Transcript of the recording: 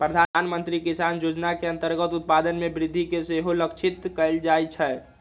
प्रधानमंत्री किसान जोजना के अंतर्गत उत्पादन में वृद्धि के सेहो लक्षित कएल जाइ छै